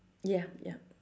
ya ya